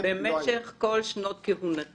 כך נהגתי,